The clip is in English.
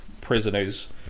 prisoners